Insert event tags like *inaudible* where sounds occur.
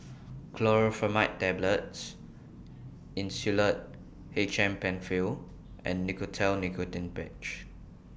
*noise* Chlorpheniramine Tablets Insulatard H M PenFill and Nicotinell Nicotine Patch